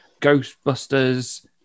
Ghostbusters